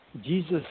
Jesus